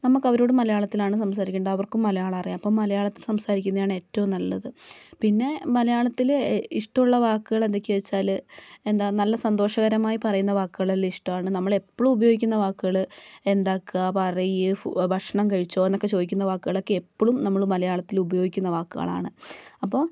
നമുക്ക് അവരോട് മലയാളത്തിലാണ് സംസാരിക്കേണ്ട അവർക്കും മലയാളം അറിയാം അപ്പം മലയാളത്തി സംസാരിക്കുന്നത് ആണ് ഏറ്റവും നല്ലത് പിന്നെ മലയാളത്തില് ഇഷ്ടമുള്ള വാക്കുകള് എന്തൊക്കെയാനെന്ന് വെച്ചാല് എന്താ നല്ല സന്തോഷകരമായി പറയുന്ന വാക്കുകള് വലിയ ഇഷ്ടമാണ് നമ്മള് എപ്പളും ഉപയോഗിക്കുന്ന വാക്കുകള് എന്താക്കാ പറയ് ഭക്ഷണം കഴിച്ചോ എന്നൊക്കെ ചോദിക്കുന്ന വാക്കുകളൊക്കെ എപ്പളും നമ്മൾ മലയാളത്തിൽ ഉപയോഗിക്കുന്ന വാക്കുകളാണ് അപ്പോൾ